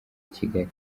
kigali